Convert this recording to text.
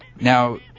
Now